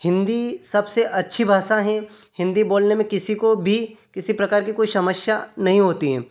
हिन्दी सबसे अच्छी भाषा है हिन्दी बोलने में किसी को भी किसी प्रकार की कोई समस्या नहीं होती है